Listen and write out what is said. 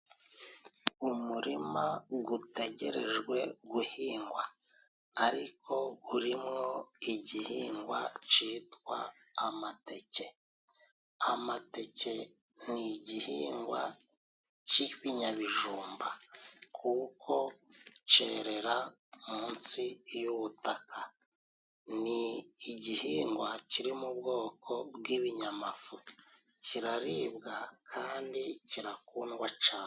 Umurima utegerejwe guhingwa. Ariko urimwo igihingwa cyitwa amateke. amateke ni igihingwa cy'ibinyabijumba. kuko cyerera munsi y'ubutaka. Ni igihingwa kiri mu bwoko bw'ibinyamafufu. Kiraribwa kandi kirakundwa cyane.